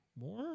more